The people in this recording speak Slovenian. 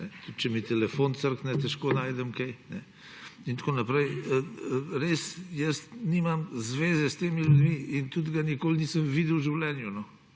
Tudi, če mi telefon crkne, težko najdem kaj in tako naprej. Res, nimam zveze s temi ljudmi in tudi ga nikoli nisem videl v življenju.